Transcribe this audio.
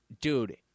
Dude